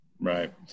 Right